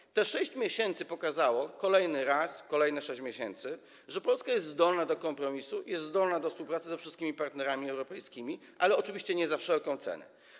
Ten okres 6 miesięcy pokazał - kolejny raz, kolejne 6 miesięcy - że Polska jest zdolna do kompromisu, jest zdolna do współpracy ze wszystkimi partnerami europejskimi, ale oczywiście nie za wszelką cenę.